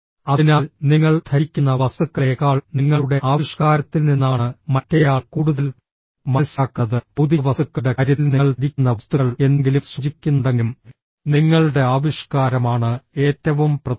അതിനാൽ നിങ്ങൾ ധരിക്കുന്ന വസ്തുക്കളേക്കാൾ നിങ്ങളുടെ ആവിഷ്കാരത്തിൽ നിന്നാണ് മറ്റേയാൾ കൂടുതൽ മനസ്സിലാക്കുന്നത് ഭൌതിക വസ്തുക്കളുടെ കാര്യത്തിൽ നിങ്ങൾ ധരിക്കുന്ന വസ്തുക്കൾ എന്തെങ്കിലും സൂചിപ്പിക്കുന്നുണ്ടെങ്കിലും നിങ്ങളുടെ ആവിഷ്കാരമാണ് ഏറ്റവും പ്രധാനം